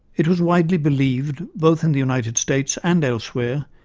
it was widely believed, both in the united states and elsewhere,